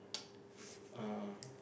uh